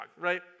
right